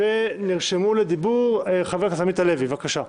נרשם לדיבור חבר הכנסת עמית הלוי, בבקשה.